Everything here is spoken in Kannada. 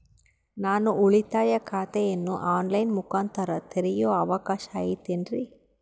ನಾನು ಉಳಿತಾಯ ಖಾತೆಯನ್ನು ಆನ್ ಲೈನ್ ಮುಖಾಂತರ ತೆರಿಯೋ ಅವಕಾಶ ಐತೇನ್ರಿ?